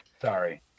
Sorry